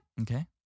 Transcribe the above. Okay